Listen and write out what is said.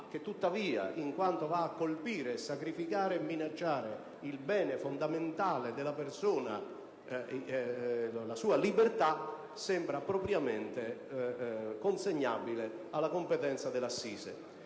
tuttavia, poiché esso va a colpire, sacrificare e minacciare il bene fondamentale della persona, la sua libertà, sembra più propriamente attribuibile alla competenza della